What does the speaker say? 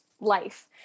life